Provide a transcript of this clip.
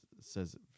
says